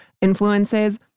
influences